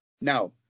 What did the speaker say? Now